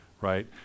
right